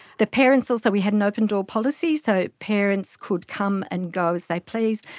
the parents also, we had an open-door policy, so parents could come and go as they pleased.